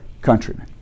countrymen